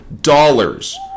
dollars